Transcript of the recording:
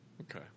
Okay